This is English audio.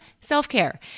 self-care